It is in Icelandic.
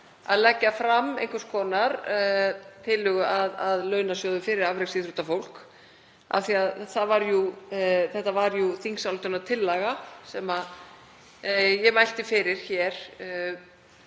að leggja fram einhvers konar tillögu að launasjóði fyrir afreksíþróttafólk af því að þetta var jú þingsályktunartillaga sem ég mælti fyrir fyrr